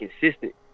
consistent